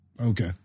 Okay